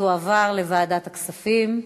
תועבר לוועדת הכספים.